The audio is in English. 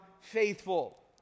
faithful